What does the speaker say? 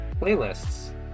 Playlists